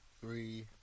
three